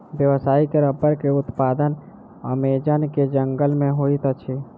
व्यावसायिक रबड़ के उत्पादन अमेज़न के जंगल में होइत अछि